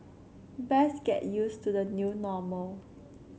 best get used to the new normal